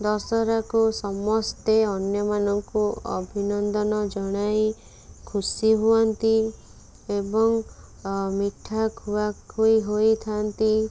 ଦଶହରାକୁ ସମସ୍ତେ ଅନ୍ୟମାନଙ୍କୁ ଅଭିନନ୍ଦନ ଜଣାଇ ଖୁସି ହୁଅନ୍ତି ଏବଂ ମିଠା ଖୁଆଖୋଇ ହୋଇଥାନ୍ତି